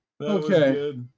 okay